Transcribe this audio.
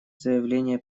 заявление